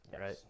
right